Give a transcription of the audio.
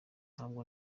ntabwo